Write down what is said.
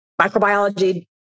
microbiology